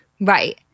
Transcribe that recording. Right